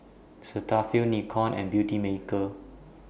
Cetaphil Nikon and Beautymaker